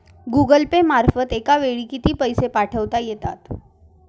Google Pay मार्फत एका वेळी किती पैसे पाठवता येतात?